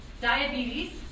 diabetes